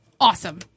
Awesome